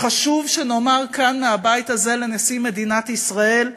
וחשוב שנאמר כאן מהבית הזה לנשיא מדינת ישראל: